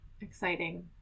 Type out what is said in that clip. exciting